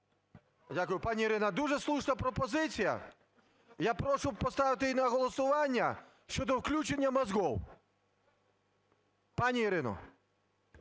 Дякую. Пані Ірино, дуже слушна пропозиція. Я прошу поставити її на голосування, щодо включеннямозгов. Пані Ірино!